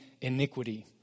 iniquity